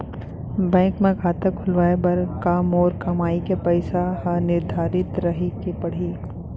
Bank म खाता खुलवाये बर का मोर कमाई के पइसा ह निर्धारित रहे के पड़ही?